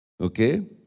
Okay